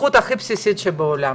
הזכות הכי בסיסית בעולם,